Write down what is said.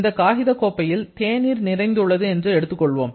இந்த காகிதக் கோப்பையில் தேநீர் நிறைந்துள்ளது என்று எடுத்துக்கொள்வோம்